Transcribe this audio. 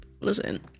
listen